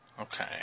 Okay